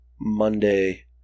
Monday